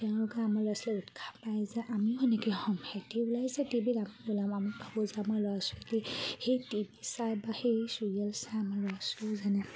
তেওঁলোকে আমাৰ ল'ৰা ছোৱালী উৎসাহ পায় যে আমিও সেনেকৈ হ'ম সেহেঁতি ওলাইছে টি ভিত আমিও ওলাম আমি ভাবোঁ যে আমাৰ ল'ৰা ছোৱালীক সেই টি ভি চাই বা সেই চিৰিয়েল চাই আমাৰ ল'ৰা ছোৱালীও যেনে